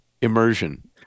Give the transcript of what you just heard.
immersion